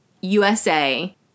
USA